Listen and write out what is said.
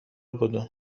بدو